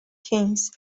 kings